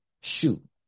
shoot